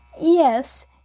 Yes